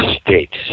states